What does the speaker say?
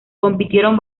compitieron